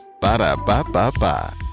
Ba-da-ba-ba-ba